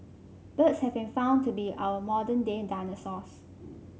birds have been found to be our modern day dinosaurs